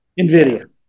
NVIDIA